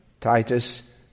Titus